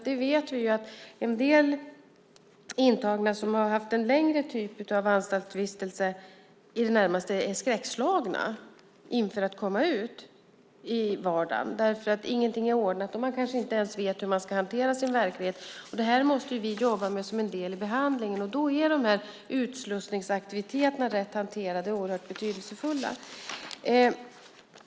Vi vet att en del intagna som har haft en längre typ av anstaltsvistelse i det närmaste är skräckslagna inför att komma ut i vardagen därför att ingenting är ordnat, och man kanske inte ens vet hur man ska hantera sin verklighet. Det här måste vi jobba med som en del i behandlingen, och då är de här utslussningsaktiviteterna, rätt hanterade, oerhört betydelsefulla.